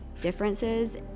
differences